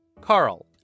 Carl